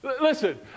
Listen